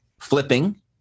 flipping